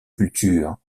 cultures